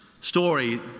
story